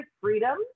freedom